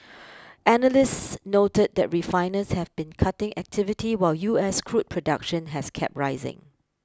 analysts noted that refiners have been cutting activity while U S crude production has kept rising